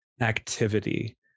activity